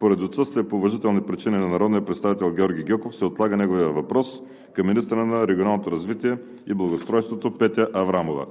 Поради отсъствие по уважителни причини на народния представител Георги Гьоков се отлага неговият въпрос към министъра на регионалното развитие и благоустройството Петя Аврамова.